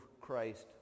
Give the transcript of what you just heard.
Christ